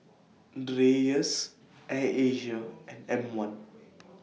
Dreyers Air Asia and M one